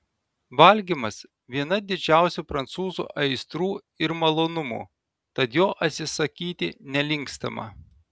valgymas viena didžiausių prancūzų aistrų ir malonumų tad jo atsisakyti nelinkstama